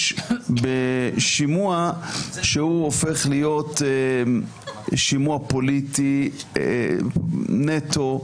בשימוע שהוא הופך להיות שימוע פוליטי נטו,